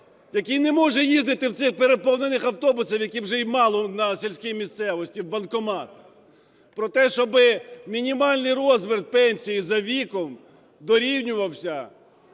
який не може їздити в цих переповнених автобусах, яких вже мало в сільській місцевості, в банкомат; про те, щоби мінімальний розмір пенсії за віком дорівнювався